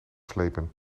slepen